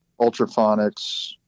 Ultraphonics